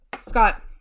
Scott